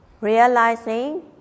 realizing